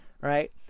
right